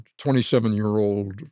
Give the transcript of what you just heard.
27-year-old